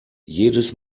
jedes